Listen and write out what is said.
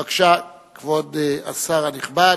בבקשה, כבוד השר הנכבד.